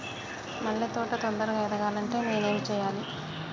మల్లె తోట తొందరగా ఎదగాలి అంటే నేను ఏం చేయాలి?